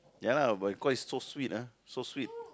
ya lah but because is so sweet ah so sweet